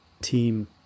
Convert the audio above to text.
team